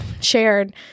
shared